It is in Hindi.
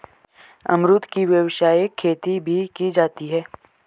अमरुद की व्यावसायिक खेती भी की जाती है